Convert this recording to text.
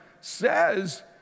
says